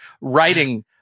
writing